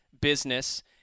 business